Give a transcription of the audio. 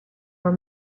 were